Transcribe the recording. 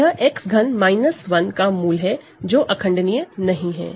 तो यह X3 1 का रूट है जो कि इररेडूसिबल नहीं है